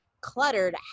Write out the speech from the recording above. cluttered